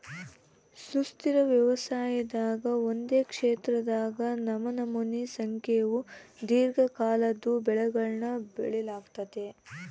ಸುಸ್ಥಿರ ವ್ಯವಸಾಯದಾಗ ಒಂದೇ ಕ್ಷೇತ್ರದಾಗ ನಮನಮೋನಿ ಸಂಖ್ಯೇವು ದೀರ್ಘಕಾಲದ್ವು ಬೆಳೆಗುಳ್ನ ಬೆಳಿಲಾಗ್ತತೆ